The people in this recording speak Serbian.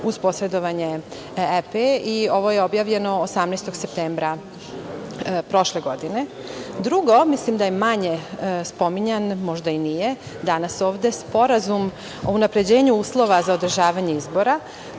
uz posredovanje EP, i ovo je objavljeno 18. septembra prošle godine. Drugo, mislim da je manje spominjan danas ovde, možda i nije, Sporazum o unapređenju uslova za održavanje izbora,